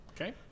Okay